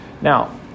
Now